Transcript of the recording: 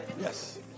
Yes